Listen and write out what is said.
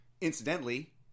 incidentally